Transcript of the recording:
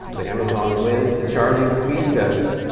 so the amazon wins the charging speed test.